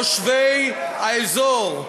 תושבי האזור.